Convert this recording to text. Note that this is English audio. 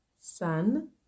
Sun